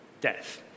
death